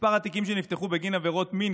מספר התיקים שנפתחו בגין עבירות מין